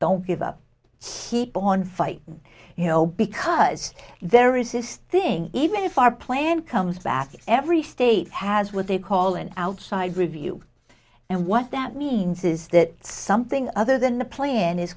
don't give up keep on fight you know because there is this thing even if our plan comes back every state has what they call an outside review and what that means is that something other than the playing is